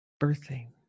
birthing